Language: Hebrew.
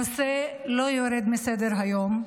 הנושא לא יורד מסדר-היום.